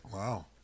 Wow